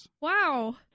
Wow